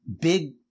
big